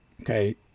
Okay